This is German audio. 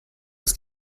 das